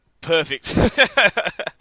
Perfect